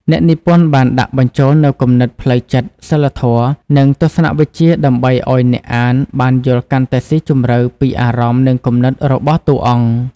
អ្នកនិពន្ធបានដាក់បញ្ចូលនូវគំនិតផ្លូវចិត្ត សីលធម៌ និងទស្សនវិជ្ជាដើម្បីឲ្យអ្នកអានបាន យល់កាន់តែស៊ីជម្រៅពីអារម្មណ៍ និងគំនិតរបស់តួអង្គ។